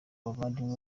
muvandimwe